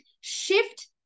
Shift